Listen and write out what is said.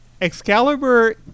Excalibur